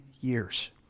years